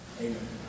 Amen